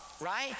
right